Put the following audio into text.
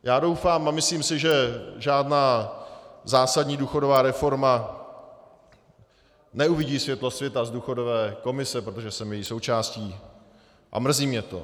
Já doufám a myslím si, že žádná zásadní důchodová reforma neuvidí světlo světa z důchodové komise, protože jsem její součástí, a mrzí mě to.